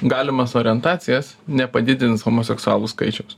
galimas orientacijas nepadidins homoseksualų skaičiaus